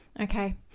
Okay